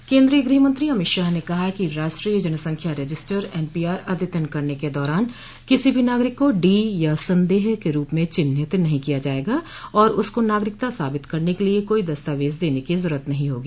अमित शाह केन्द्रीय गृह मंत्री अमित शाह ने कहा है कि राष्ट्रीय जनसंख्या रजिस्टर एनपीआर अद्यतन करने के दौरान किसी भी नागरिक को डी या संदेह के रूप में चिन्हित नहीं किया जाएगा और उसको नागरिकता साबित करने के लिए कोई दस्तावेज देने की जरूरत नहीं होगी